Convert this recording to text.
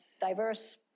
diverse